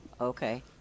Okay